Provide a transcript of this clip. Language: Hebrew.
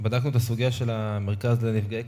בדקנו את הסוגיה של המרכז לנפגעי כתות.